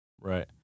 right